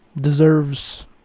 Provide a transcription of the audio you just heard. Deserves